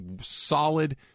solid